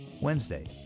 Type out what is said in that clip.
Wednesday